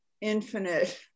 infinite